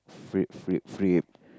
frappe frappe frappe